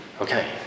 Okay